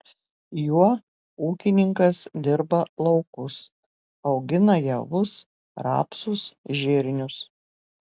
juo ūkininkas dirba laukus augina javus rapsus žirnius